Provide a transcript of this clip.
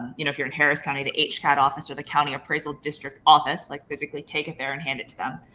you know if you're in harris county, the hcad office or the county appraisal district office. like physically take it there and hand it to them.